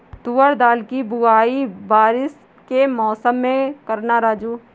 तुवर दाल की बुआई बारिश के मौसम में करना राजू